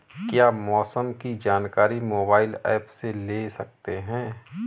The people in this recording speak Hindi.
क्या मौसम की जानकारी मोबाइल ऐप से ले सकते हैं?